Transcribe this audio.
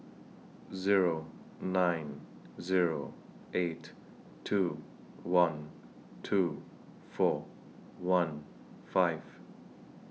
Zero nine Zero eight two one two four one five